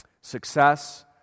success